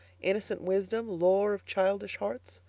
innocent wisdom, lore of childish hearts.